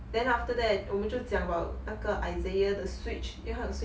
then after that 我们就讲 about 那个 isaiah 的 switch 因为他有 switch mah